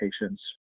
patients